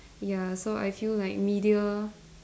ya so I feel like media